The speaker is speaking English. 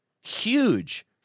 huge